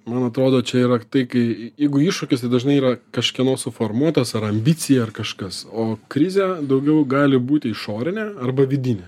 man atrodo čia yra tai kai jeigu iššūkis tai dažnai yra kažkieno suformuotas ar ambicija ar kažkas o krizė daugiau gali būti išorinė arba vidinė